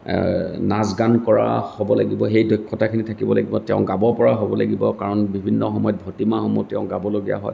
নাচ গান কৰা হ'ব লাগিব সেই দক্ষতাখিনি থাকিব লাগিব তেওঁ গাব পৰা হ'ব লাগিব কাৰণ বিভিন্ন সময়ত ভটিমাসমূহ তেওঁ গাবলগীয়া হয়